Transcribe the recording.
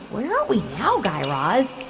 where are we now, guy raz?